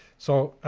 so